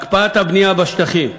הקפאת הבנייה בשטחים,